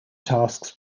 tasks